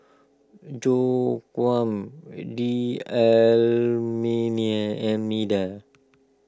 Joaquim D a million Almeida